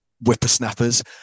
whippersnappers